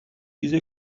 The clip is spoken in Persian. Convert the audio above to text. چیز